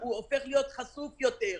הוא הופך חשוף יותר.